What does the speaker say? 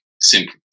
simple